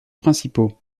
principaux